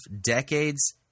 decades